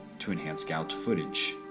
to enhance gout footage,